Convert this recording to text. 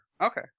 Okay